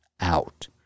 out